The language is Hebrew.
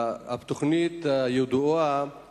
התוכנית הידועה